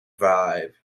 vibe